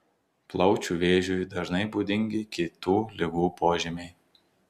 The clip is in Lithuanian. plaučių vėžiui dažnai būdingi kitų ligų požymiai